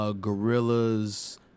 Gorillas